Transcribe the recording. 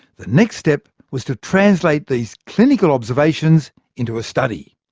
the next step was to translate these clinical observations into a study.